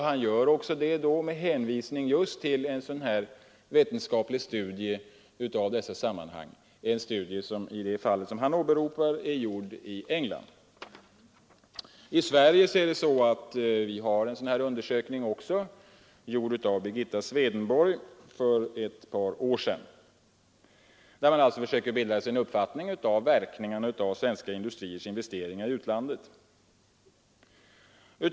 Han har gjort det med hänvisning till en vetenskaplig studie som har utförts i England. I Sverige har Birgitta Swedenborg för ett par år sedan gjort en undersökning av den svenska industrins investeringar i utlandet.